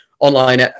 online